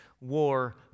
war